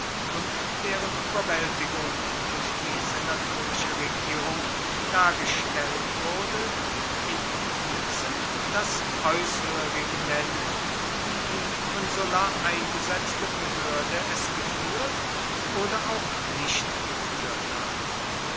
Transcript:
und deren überwältigung durch die senatorische regierung dargestellt wurde in diesem das äußere regiment wie die von sulla eingesetzte behörde es geführt oder auch nicht geführt hat